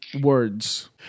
words